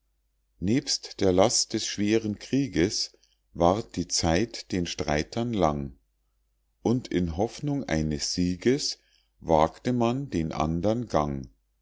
nebst der last des schweren krieges ward die zeit den streitern lang und in hoffnung eines sieges wagte man den andern gang